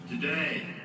Today